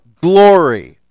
glory